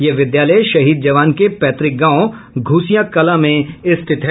यह विद्यालय शहीद जवान के पैतुक गांव घूसिया कलां में स्थित है